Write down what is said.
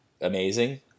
amazing